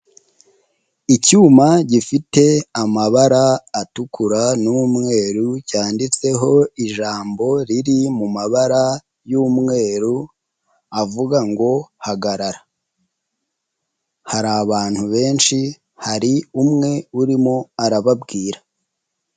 Icyuma gifite amabara atukura n'umweru, cyanditseho ijambo riri mu mabara y'umweru, avuga ngo hagarara. Hari abantu benshi, hari umwe urimo arababwira.